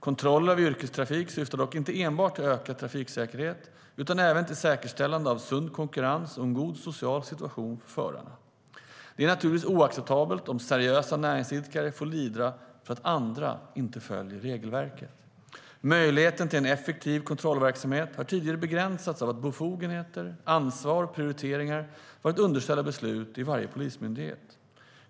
Kontroller av yrkestrafik syftar dock inte enbart till ökad trafiksäkerhet utan även till säkerställande av sund konkurrens och en god social situation för förarna. Det är naturligtvis oacceptabelt om seriösa näringsidkare får lida för att andra inte följer regelverket. Möjligheten till effektiv kontrollverksamhet har tidigare begränsats av att befogenheter, ansvar och prioriteringar har varit underställda beslut i varje polismyndighet.